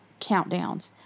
countdowns